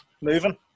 moving